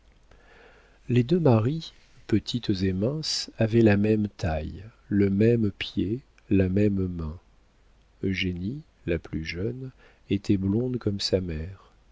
les deux marie petites et minces avaient la même taille le même pied la même main eugénie la plus jeune était blonde comme sa mère